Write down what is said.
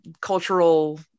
cultural